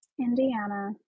Indiana